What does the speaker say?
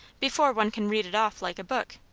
before one can read it off like a book.